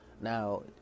Now